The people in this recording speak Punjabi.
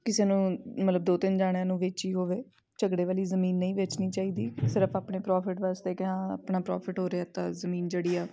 ਕਿਸੇ ਨੂੰ ਮਤਲਬ ਦੋ ਤਿੰਨ ਜਾਣਿਆਂ ਨੂੰ ਵੇਚੀ ਹੋਵੇ ਝਗੜੇ ਵਾਲੀ ਜਮੀਨ ਨਹੀਂ ਵੇਚਣੀ ਚਾਹੀਦੀ ਸਿਰਫ ਆਪਣੇ ਪ੍ਰੋਫਿਟ ਵਾਸਤੇ ਜਾਂ ਆਪਣਾ ਪ੍ਰੋਫਿਟ ਹੋ ਰਿਹਾ ਤਾਂ ਜਮੀਨ ਜਿਹੜੀ ਆ